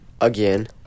again